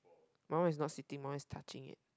my one is not sitting my one is touching it